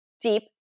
deep